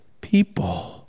people